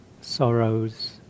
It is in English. sorrows